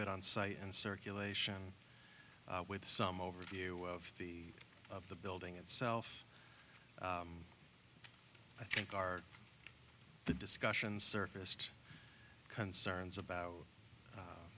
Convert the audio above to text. bit on site and circulation with some overview of the of the building itself i think are the discussions surfaced concerns about